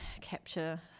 capture